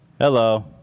Hello